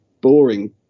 boring